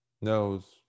nose